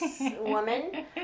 woman